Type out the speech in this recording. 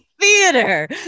theater